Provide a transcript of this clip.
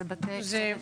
אלו בתי כלא ביטחוניים.